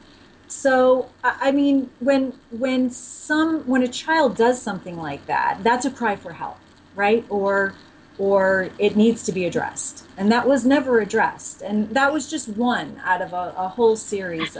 so i mean when when someone when a child does something like that that's a cry for help right or or it needs to be addressed and that was never addressed and that was just one out of a whole series